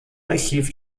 archiv